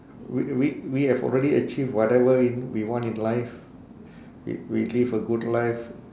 we we we have already achieve whatever in we want in life we we lived a good life